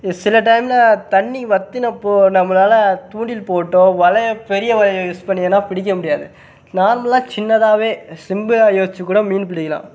சில டைமில் தண்ணி வற்றினப் போது நம்மளால் தூண்டில் போட்டோ வலையை பெரிய வலையை யூஸ் பண்ணீங்கன்னால் பிடிக்க முடியாது நார்மலாக சின்னதாகவே சிம்பிளாக யோசித்து கூட மீன் பிடிக்கலாம்